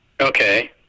Okay